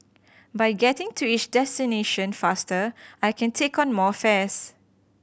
by getting to each destination faster I can take on more fares